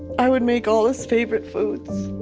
i would make all his favourite foods.